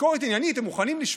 ביקורת עניינית הם מוכנים לשמוע.